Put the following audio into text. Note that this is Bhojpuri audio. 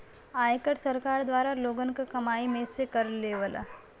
आयकर सरकार द्वारा लोगन क कमाई में से कर लेवला